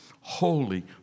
holy